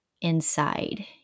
inside